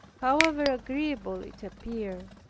however agreeable it appeared,